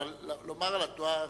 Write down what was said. אבל לומר על התנועה,